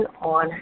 on